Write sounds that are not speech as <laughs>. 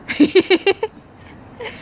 <laughs>